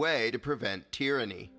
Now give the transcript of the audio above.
way to prevent tyranny